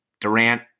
Durant